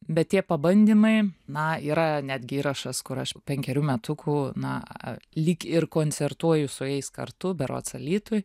bet tie pabandymai na yra netgi įrašas kur aš penkerių metukų na lyg ir koncertuoju su jais kartu berods alytuj